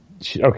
Okay